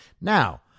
Now